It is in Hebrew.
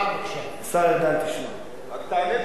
השר ארדן, תשמע, רק תענה קודם על השאלה.